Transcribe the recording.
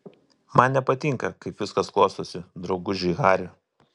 man nepatinka kaip viskas klostosi drauguži hari